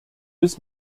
bis